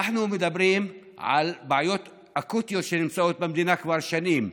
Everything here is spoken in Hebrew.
אנחנו מדברים על בעיות אקוטיות שיש במדינה כבר שנים.